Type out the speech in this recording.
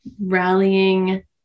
rallying